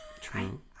True